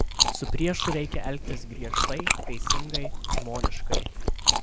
su priešu reikia elgtis griežtai teisingai žmoniškai